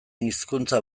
hizkuntza